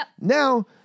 now